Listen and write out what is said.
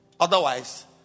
Otherwise